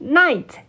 night